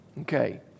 Okay